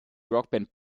rockband